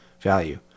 value